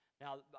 Now